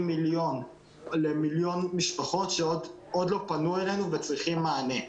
מיליון עד מיליון משפחות שעוד לא פנו אלינו וצריכות מענה.